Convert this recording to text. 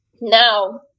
now